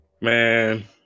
man